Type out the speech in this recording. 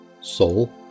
Soul